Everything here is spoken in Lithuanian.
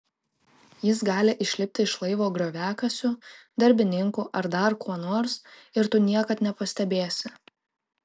jis gali išlipti iš laivo grioviakasiu darbininku ar dar kuo nors ir tu niekad nepastebėsi